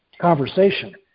conversation